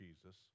Jesus